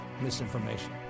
misinformation